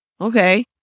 Okay